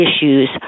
issues